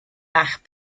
bach